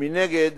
ומנגד